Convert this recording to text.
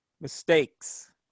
mistakes